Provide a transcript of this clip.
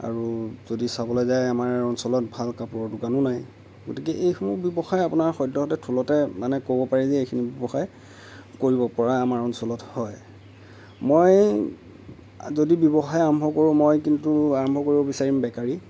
আৰু যদি চাবলৈ যায় আমাৰ অঞ্চলত ভাল কাপোৰৰ দোকানো নাই গতিকে এইসমূহ ব্যৱসায় আপোনাৰ সদ্যহতে থোৰতে মানে ক'ব পাৰি যে এইখিনি ব্যৱসায় কৰিব পৰা আমাৰ অঞ্চলত হয় মই যদি ব্যৱসায় আৰম্ভ কৰোঁ মই কিন্তু আৰম্ভ কৰিব বিচাৰিম বেকাৰী